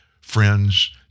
friends